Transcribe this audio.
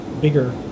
bigger